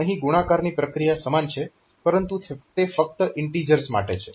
અહીં ગુણાકારની પ્રક્રિયા સમાન છે પરંતુ તે ફક્ત ઇન્ટીજર્સ માટે છે